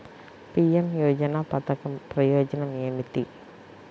PM Yojana పధకం ప్రయోజనం ఏమితి?